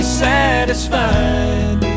satisfied